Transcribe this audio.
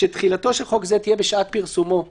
שתחילתו של חוק זה תהיה בשעת פרסומו ברשומות.